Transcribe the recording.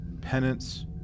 Penance